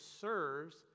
serves